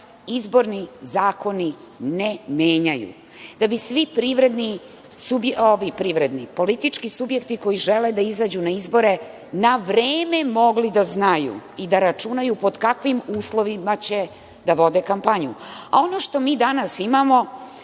izborni zakoni ne menjaju, da bi svi politički subjekti koji žele da izađu na izbore na vreme mogli da znaju i da računaju pod kakvim uslovima će da vode kampanju. Ono što mi danas imamo,